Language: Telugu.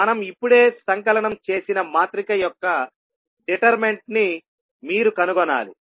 మనం ఇప్పుడే సంకలనం చేసిన మాత్రిక యొక్క డెటెర్మినెంట్ ని మీరు కనుగొనాలి